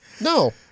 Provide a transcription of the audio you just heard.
No